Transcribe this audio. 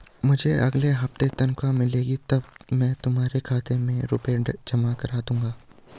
मुझे अगले हफ्ते तनख्वाह मिलेगी तब मैं तुम्हारे खाते में रुपए जमा कर दूंगा